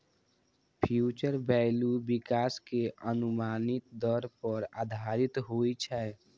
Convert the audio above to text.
future value विकास के अनुमानित दर पर आधारित होइ छै